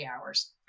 hours